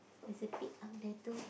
there's a pig up there too